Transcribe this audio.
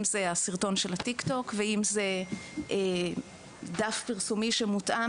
אם זה הסרטון של ה- Tik-Tok ואם זה דף פרסומי שמותאם